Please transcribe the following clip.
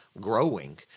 growing